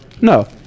No